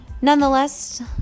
Nonetheless